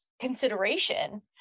consideration